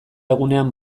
egunean